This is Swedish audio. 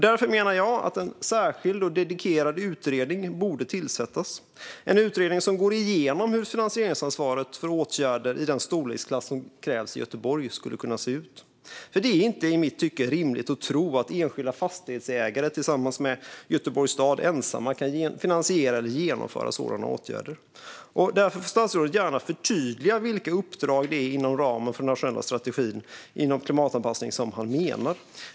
Därför menar jag att en särskild och dedikerad utredning borde tillsättas, en utredning som går igenom hur finansieringsansvaret skulle kunna se ut för åtgärder i den storleksklass som krävs i Göteborg. Det är i mitt tycke inte rimligt att tro att enskilda fastighetsägare tillsammans med Göteborgs stad ensamma kan finansiera eller genomföra sådana åtgärder. Därför får statsrådet gärna förtydliga vilka uppdrag inom ramen för den nationella strategin för klimatanpassning som han menar.